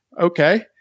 okay